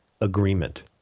agreement